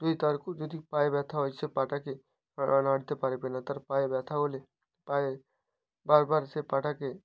যদি তার কো যদি পায়ে ব্যথা হয় তাহলে সে পাটাকে নাড়া নাড়তে পারবে না তার পায়ে ব্যথা হলে পায়ে বারবার সে পাটাকে